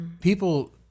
people